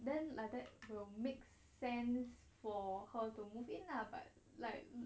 then like that will make sense for her to move in lah but like